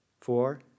Four